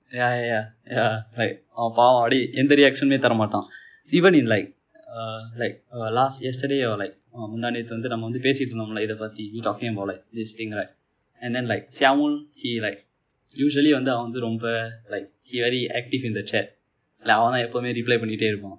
ya ya ya ya like அவன் பாவம் அப்படி எந்த:avan paavam appadi endha reaction தரமாட்டான்:tharamaataan even in like uh like uh last yesterday or like முந்தானேத்து வந்து நம்ம வந்து பேசிக்கிட்டு இருந்தோமில்லையா இத பத்தி:mundhanethu vanthu namma vanthu pesikitu irunthomillaiyaa itha pathi we talking about like this thing right and then like syamul he like usually வந்து அவன் வந்து ரொம்ப:vanthu avan vanthu romba like he very active in the chat like அவன் வந்து எப்போதும்:avan vanthu eppothum reply பன்னிக்கொண்டே இருப்பான்:pannikonde irupaan